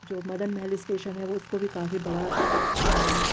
जो मदन महल इस्टेशन है उसको भी काफ़ी बड़ा